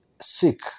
sick